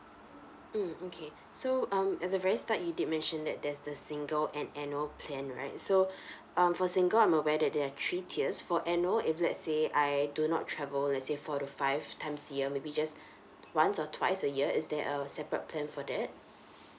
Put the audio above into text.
mm okay so um at the very start you did mention that there's the single and annual plan right so um for single I'm aware that they're three tiers for annual if let's say I do not travel let's say four to five times a year maybe just once or twice a year is there a separate plan for that